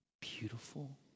beautiful